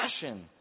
Passion